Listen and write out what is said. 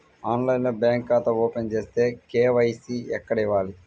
ఆన్లైన్లో బ్యాంకు ఖాతా ఓపెన్ చేస్తే, కే.వై.సి ఎక్కడ ఇవ్వాలి?